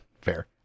fair